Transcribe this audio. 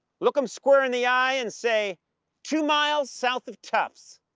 look em square in the eye and say two miles south of tufts.